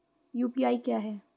UPI क्या है?